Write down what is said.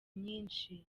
nyinshi